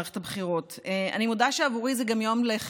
שיש לה מטרה אחת בלבד: לדאוג לעצמכם במקום לדאוג